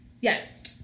Yes